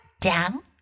down